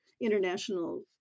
international